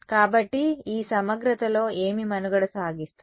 కాబట్టి ఈ సమగ్రతలో ఏమి మనుగడ సాగిస్తుంది